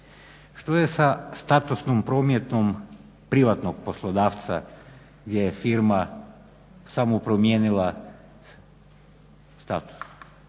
Što je sa statusnom promjenom privatnog poslodavca gdje je firma samo promijenila status.